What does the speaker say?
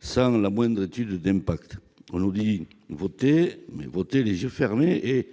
sans la moindre étude d'impact. On nous dit :« Votez les yeux fermés